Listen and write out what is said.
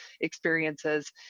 experiences